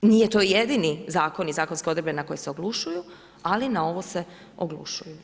Nije to jedini zakon i zakonske odredbe na koje se oglušuju, ali na ovo se oglušuju.